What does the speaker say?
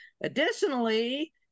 additionally